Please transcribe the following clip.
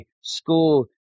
school